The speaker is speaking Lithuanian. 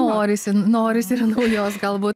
norisi norisi ir naujos galbūt